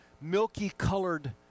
milky-colored